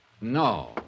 No